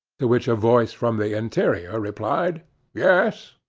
to which a voice from the interior replied yes,